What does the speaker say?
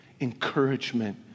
encouragement